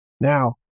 Now